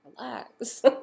relax